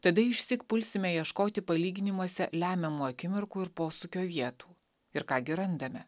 tada išsyk pulsime ieškoti palyginimuose lemiamų akimirkų ir posūkio vietų ir ką gi randame